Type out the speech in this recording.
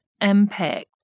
impact